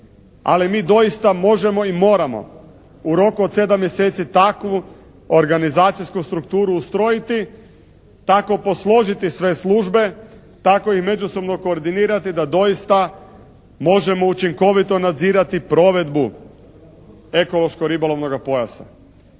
ali mi doista možemo i moramo u roku od 7 mjeseci takvu organizacijsku strukturu ustrojiti, tako posložiti sve službe, tako i međusobno koordinirati da doista možemo učinkovito nadzirati provedbu ekološko-ribolovnoga pojasa.